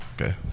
Okay